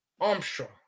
Armstrong